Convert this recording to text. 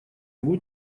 его